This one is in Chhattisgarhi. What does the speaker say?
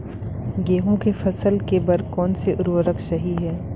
गेहूँ के फसल के बर कोन से उर्वरक सही है?